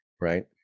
right